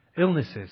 illnesses